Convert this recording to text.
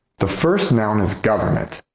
the first noun is government.